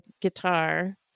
guitar